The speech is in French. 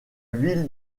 ville